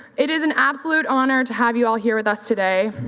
it is an absolute honor to have you all here with us today.